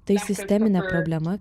tai sisteminė problema